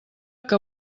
que